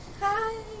Hi